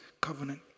covenant